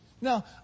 Now